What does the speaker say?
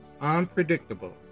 unpredictable